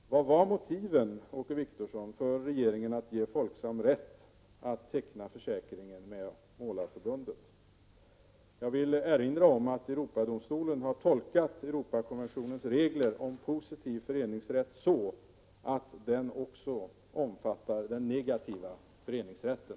Vilka var motiven, Åke Wictorsson, för regeringen att ge Folksam rätt att teckna försäkring med Målareförbundet? Jag vill erinra om att Europadomstolen har tolkat Europakonventionens regler om positiv föreningsrätt så, att denna också omfattar den negativa föreningsrätten.